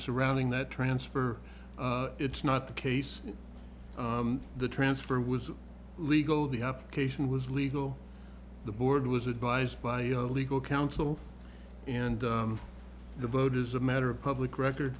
surrounding that transfer it's not the case the transfer was legal the application was legal the board was advised by legal counsel and the boat is a matter of public record